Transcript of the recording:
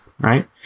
Right